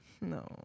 No